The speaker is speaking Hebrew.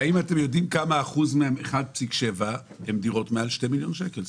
האם אתם יודעים כמה אחוז מה-1.7 הן דירות מעל 2 מיליון שקל?